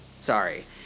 sorry